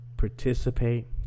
Participate